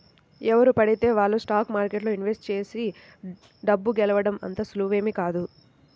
ఎవరు పడితే వాళ్ళు స్టాక్ మార్కెట్లో ఇన్వెస్ట్ చేసి డబ్బు గెలవడం అంత సులువేమీ కాదు